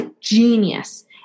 Genius